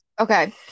Okay